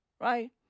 right